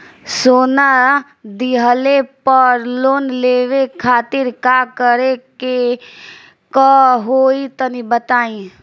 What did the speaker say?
सोना दिहले पर लोन लेवे खातिर का करे क होई तनि बताई?